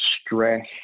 stress